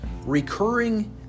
recurring